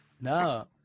No